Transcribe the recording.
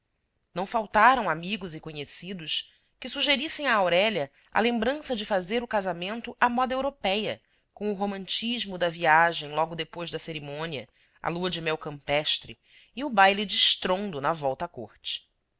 não faltaram amigos e conhecidos que sugerissem a aurélia a lembrança de fazer o casamento à moda européia com o romantismo da viagem logo depois da cerimônia a lua-de-mel campestre e o baile de estrondo na volta à corte